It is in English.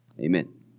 Amen